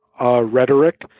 rhetoric